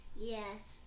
Yes